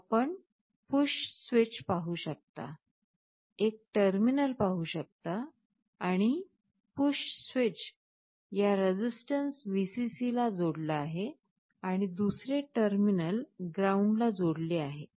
आपण push switch पाहू शकता एक टर्मिनल पाहू शकता आणि पुश स्विच या रेसिस्टन्स Vcc ला जोडला आहे आणि दुसरे टर्मिनल ग्राउंडला जोडलेले आहे